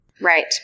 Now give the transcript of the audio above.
Right